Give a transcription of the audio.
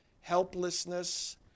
helplessness